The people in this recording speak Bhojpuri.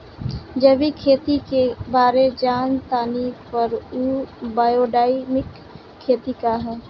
जैविक खेती के बारे जान तानी पर उ बायोडायनमिक खेती का ह?